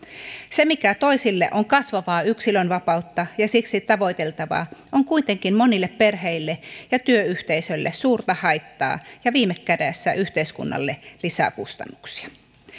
se mikä toisille on kasvavaa yksilönvapautta ja siksi tavoiteltavaa on kuitenkin monille perheille ja työyhteisöille suurta haittaa ja viime kädessä yhteiskunnalle lisäkustannuksia